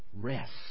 rest